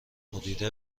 مدیره